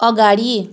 अगाडि